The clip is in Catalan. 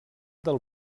del